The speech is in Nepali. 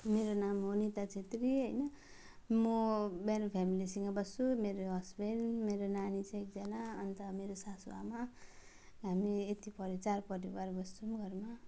मेरो नाम हो निता छेत्री होइन म मेरो फेमिलीसँग बस्छु मेरो हस्बेन्ड मेरो नानी छ एकजना अन्त मेरो सासुआमा हामी यति परि चार परिवार बस्छौँ घरमा